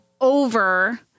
Over